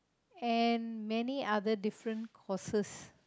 and many other different courses